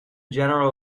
general